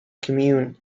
commune